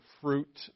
fruit